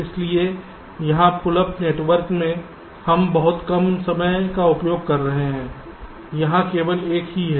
इसलिए यहां pull up network में हम बहुत कम समय का उपयोग कर रहे हैं यहां केवल एक ही है